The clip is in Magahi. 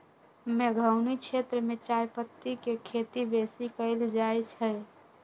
मेघौनी क्षेत्र में चायपत्ति के खेती बेशी कएल जाए छै